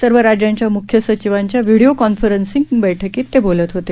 सर्व राज्यांच्या म्ख्य सचिवांच्या व्हिडीओ कॉन्फरन्सिंग बैठकीत ते बोलत होते